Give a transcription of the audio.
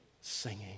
singing